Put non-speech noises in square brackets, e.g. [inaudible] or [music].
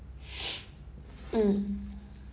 [noise] mm